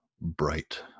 Bright